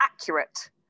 accurate